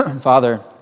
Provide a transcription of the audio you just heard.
father